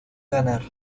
ganar